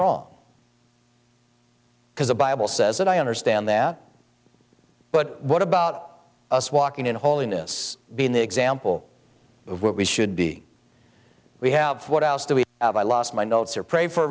wrong because the bible says it i understand them but what about us walking in holiness being the example of what we should be we have what else do we buy lost my notes or pray for